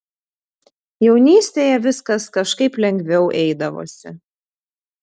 jaunystėje viskas kažkaip lengviau eidavosi